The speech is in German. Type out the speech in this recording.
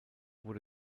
wurde